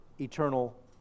eternal